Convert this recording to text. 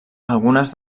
algunes